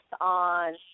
on